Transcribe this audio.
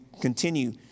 continue